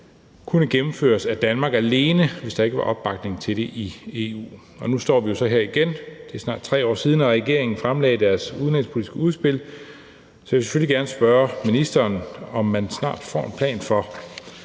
kunne gennemføres af Danmark alene, hvis der ikke var opbakning til det i EU. Nu står vi så her igen. Det er snart 3 år siden, at regeringen fremlagde deres udlændingepolitiske udspil, så vi vil selvfølgelig gerne spørge ministeren, om der snart kommer en plan for,